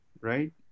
right